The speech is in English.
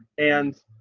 and,